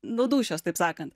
nuo dūšios taip sakant